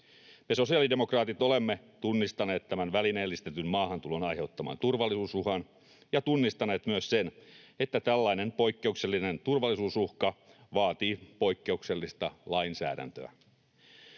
Me sosiaalidemokraatit olemme tunnistaneet tämän välineellistetyn maahantulon aiheuttaman turvallisuusuhan ja tunnistaneet myös sen, että tällainen poikkeuksellinen turvallisuusuhka vaatii poikkeuksellista lainsäädäntöä.